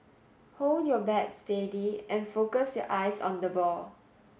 hold your bat steady and focus your eyes on the ball